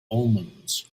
omens